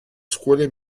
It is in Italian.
scuole